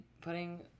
putting